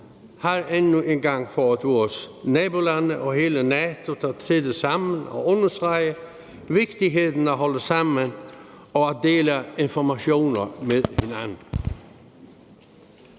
har endnu en gang fået vores nabolande og hele NATO til at træde sammen og understrege vigtigheden af at holde sammen og at dele informationer med hinanden.